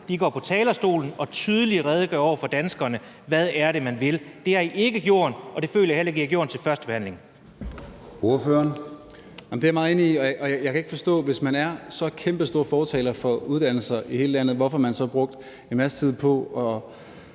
går på talerstolen og tydeligt redegør over for danskerne, hvad det er, man vil. Det har I ikke gjort, og det føler jeg heller ikke at I gjorde til førstebehandlingen.